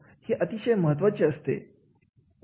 हे अतिशय महत्त्वाचे असते